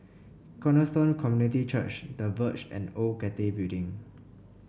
Cornerstone Community Church The Verge and Old Cathay Building